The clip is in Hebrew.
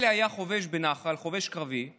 אלי היה חובש קרבי בנח"ל ומור